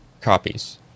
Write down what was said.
copies